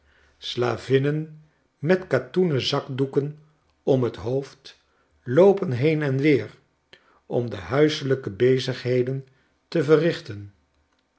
slavinnen met katoenen zakdoeken om t hoofd loopen heen en weer om de huiselijke bezigheden te verrichten